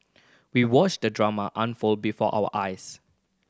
we watched the drama unfold before our eyes